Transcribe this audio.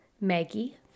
Maggie